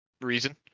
reason